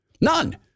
none